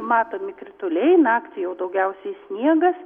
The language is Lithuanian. matomi krituliai naktį daugiausiai sniegas